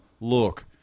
look